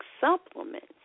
supplements